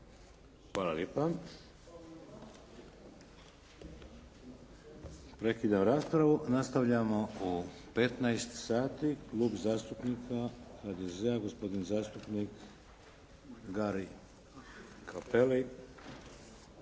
Hvala lijepa. Prekidam raspravu. Nastavljamo u 15 sati. Klub zastupnika HDZ-a gospodin zastupnik Gari Capelli